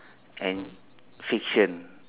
and fiction